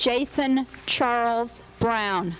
jason charles brown